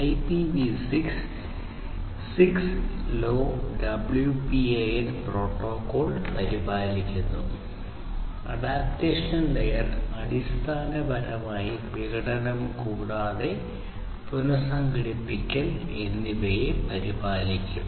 IPv6 6LoWPAN protocol പരിപാലിക്കും adaptation layer അടിസ്ഥാനപരമായി വിഘടനം കൂടാതെ പുനasസംഘടിപ്പിക്കൽ എന്നിവയെ പരിപാലിക്കും